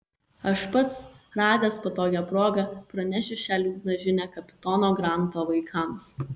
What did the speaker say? aš pats radęs patogią progą pranešiu šią liūdną žinią kapitono granto vaikams